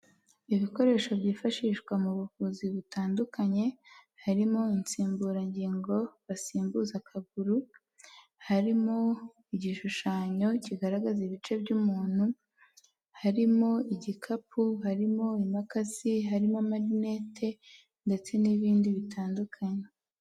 Ibikoresho byifashishwa mu buvuzi butandukanye: harimo insimburangingo basimbuza akaguru, harimo igishushanyo kigaragaza ibice by'umuntu, harimo igikapu, harimo imakazi, harimo amarinete, ndetse n'ibindi bitandukanye.